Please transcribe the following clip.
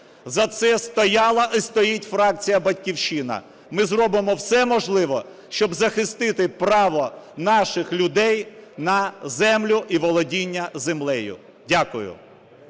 За це стояла і стоїть фракція "Батьківщина". Ми зробимо все можливе, щоб захистити право наших людей на землю і володіння землею. Дякую.